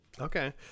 okay